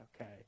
Okay